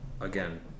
again